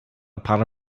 paar